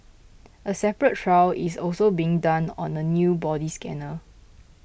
a separate trial is also being done on a new body scanner